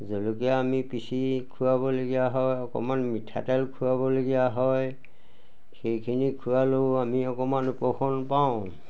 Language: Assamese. জলকীয়া আমি পিচি খোৱাবলগীয়া হয় অকণমান মিঠাতেল খুৱাবলগীয়া হয় সেইখিনি খোৱালেও আমি অকণমান উপশম পাওঁ